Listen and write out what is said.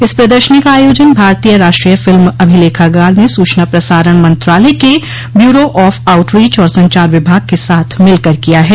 इस प्रदर्शनी का आयोजन भारतीय राष्ट्रीय फिल्म अभिलेखागार ने सूचना प्रसारण मंत्रालय के ब्यूरो ऑफ आउटरीच और संचार विभाग के साथ मिलकर किया है